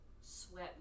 sweat